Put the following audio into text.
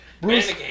Bruce